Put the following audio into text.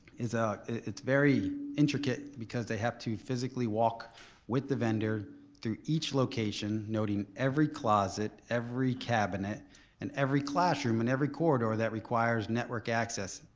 is ah very intricate because they have to physically walk with the vendor through each location noting every closet, every cabinet and every classroom and every corridor that requires network access.